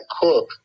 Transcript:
cook